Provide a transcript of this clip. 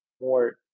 more